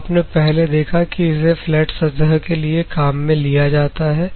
तो आपने पहले देखा कि इसे फ्लैट सतह के लिए काम में लिया जाता है